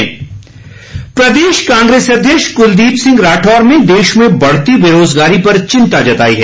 राठौर प्रदेश कांग्रेस अध्यक्ष कुलदीप सिंह राठौर ने देश में बढ़ती बेरोजगारी पर चिंता जताई है